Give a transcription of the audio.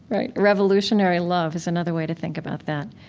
right? revolutionary love is another way to think about that.